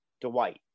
Dwight